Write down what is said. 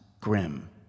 grim